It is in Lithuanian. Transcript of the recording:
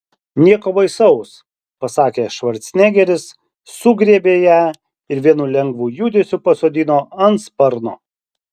nieko baisaus pasakė švarcnegeris sugriebė ją ir vienu lengvu judesiu pasodino ant sparno